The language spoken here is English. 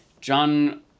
John